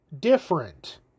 different